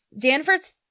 Danforth